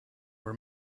were